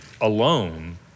alone